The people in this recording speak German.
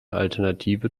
alternative